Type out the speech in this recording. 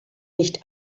nicht